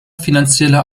finanzielle